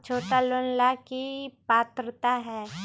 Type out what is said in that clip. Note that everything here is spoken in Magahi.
छोटा लोन ला की पात्रता है?